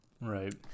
Right